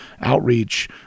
outreach